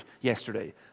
yesterday